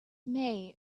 may